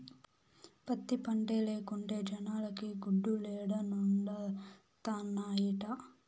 పత్తి పంటే లేకుంటే జనాలకి గుడ్డలేడనొండత్తనాయిట